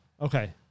okay